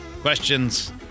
questions